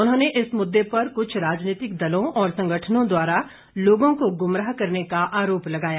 उन्होंने इस मुददे पर कुछ राजनीतिक दलों और संगठनों द्वारा लोगों को गुमराह करने का आरोप लगाया